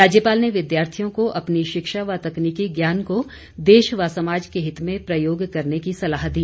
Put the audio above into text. राज्यपाल ने विद्यार्थियों को अपनी शिक्षा व तकनीकी ज्ञान को देश व समाज के हित में प्रयोग करने की सलाह दी